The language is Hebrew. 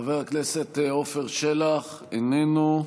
חבר הכנסת עפר שלח, איננו,